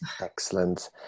Excellent